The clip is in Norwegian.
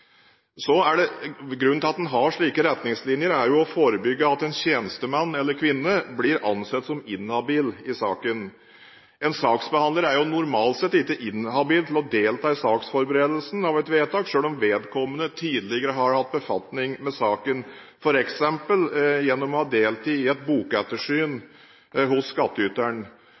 Grunnen til at en har slike retningslinjer er å forebygge at en tjenestemann eller -kvinne kan bli ansett som inhabil i saken. En saksbehandler er normalt ikke inhabil til å delta i saksforberedelsen av et vedtak selv om vedkommende tidligere har hatt befatning med saken, f.eks. gjennom å ha deltatt i et bokettersyn hos